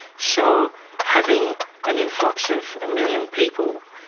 so having an influx of a million people,